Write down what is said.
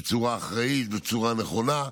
בצורה אחראית, בצורה נכונה,